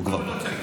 הוא כבר פה.